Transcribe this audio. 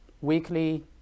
weekly